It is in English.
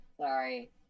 Sorry